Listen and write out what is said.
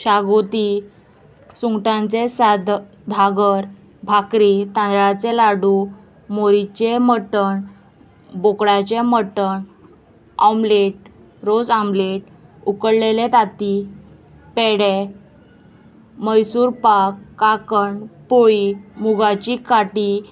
शागोती सुंगटांचें साद धांगर भाकरी तांदळाचें लाडू मोरीचें मट्टण बोकळाचें मट्टण ऑमलेट रोज आमलेट उकळलेले ताती पेडे मैसूर पाक काकण पोळी मुगाची गांटी